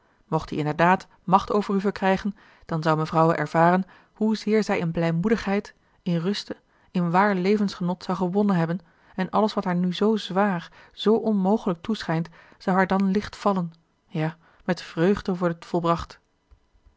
mocht die inderdaad macht over u verkrijgen dan zou mevrouwe ervaren hoezeer zij in blijmoedigheid in ruste in waar levensgenot zou gewonnen hebben en alles wat haar nu zoo zwaar zoo onmogelijk toeschijnt zou haar dan licht vallen ja met vreugde worden volbracht